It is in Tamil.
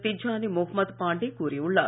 திஜ்ஜானி முகமது பாண்டே கூறியுள்ளார்